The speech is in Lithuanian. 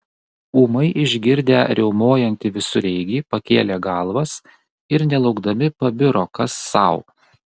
ūmai išgirdę riaumojantį visureigį pakėlė galvas ir nelaukdami pabiro kas sau